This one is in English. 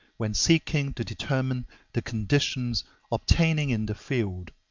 when seeking to determine the conditions obtaining in the field.